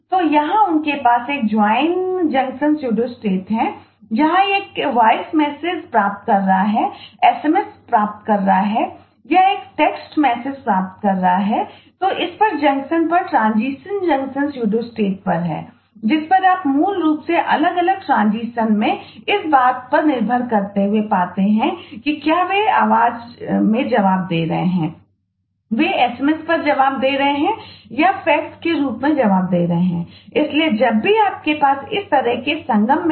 तो यहाँ उनके पास एक ज्वाइन जंक्शन स्यूडोस्टेटहै